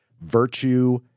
virtue